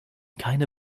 keine